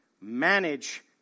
manage